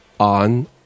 on